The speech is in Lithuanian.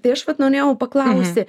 tai aš vat norėjau paklausti